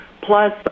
plus